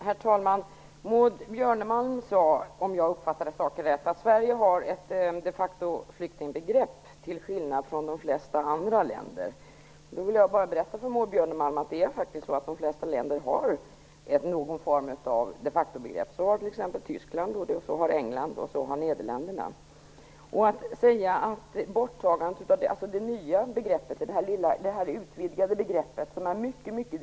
Herr talman! Om jag uppfattade Maud Björnemalm rätt sade hon att Sverige har ett de factoflyktingbegrepp till skillnad från vad som gäller i de flesta andra länder. Men det är faktiskt så att de flesta länder har någon form av de facto-begrepp. Det har t.ex. Tyskland, England och Nederländerna. Det nya utvidgade begreppet är mycket diffust.